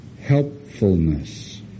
helpfulness